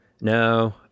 No